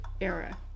era